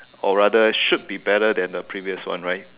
or rather should be better than the previous one right